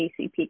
ACP